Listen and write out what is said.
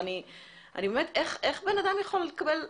אני אגיד את זה לא יפה,